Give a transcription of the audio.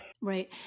Right